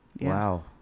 wow